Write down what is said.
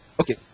Okay